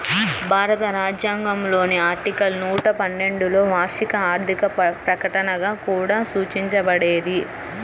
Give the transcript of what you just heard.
భారత రాజ్యాంగంలోని ఆర్టికల్ నూట పన్నెండులోవార్షిక ఆర్థిక ప్రకటనగా కూడా సూచించబడేది